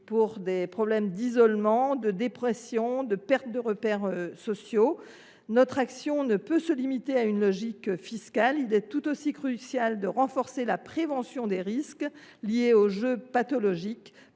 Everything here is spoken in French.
de problèmes d’isolement, de dépression ou encore de perte des repères sociaux. Notre action ne peut pas se limiter à l’application d’une logique fiscale : il est tout aussi crucial de renforcer la prévention des risques liés aux jeux pathologiques,